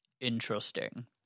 interesting